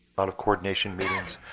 lot of coordination meetings.